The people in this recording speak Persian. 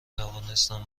توانستم